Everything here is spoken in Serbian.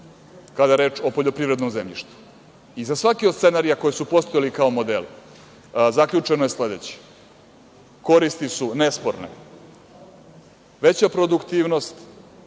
kada je reč o poljoprivrednom zemljištu i za svaki od scenarija koji su postojali kao modeli zaključeno je sledeće - koristi su nesporne, veća produktivnost,